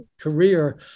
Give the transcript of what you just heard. career